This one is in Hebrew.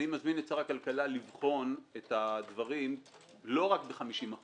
אני מזמין את שר הכלכלה לבחון את הדברים לא רק ב-50%